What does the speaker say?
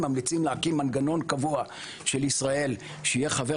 הם ממליצים להקים מנגנון קבוע של ישראל שיהיה חבר